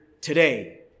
today